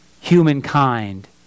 humankind